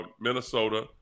Minnesota